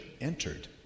entered